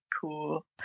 cool